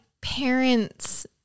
parents